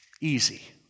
Easy